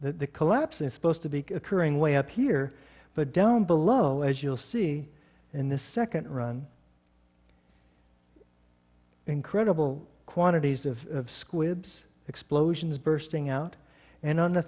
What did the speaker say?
the collapse of supposed to be occurring way up here but down below as you'll see in the second run incredible quantities of squibs explosions bursting out and on the